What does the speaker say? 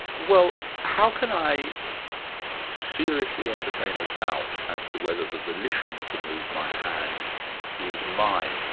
well, how can i seriously entertain a doubt as to whether the volition to move my hand is mine.